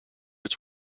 its